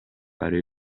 fare